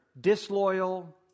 disloyal